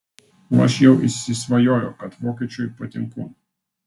o aš jau įsisvajojau kad vokiečiui patinku